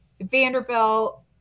Vanderbilt